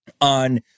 on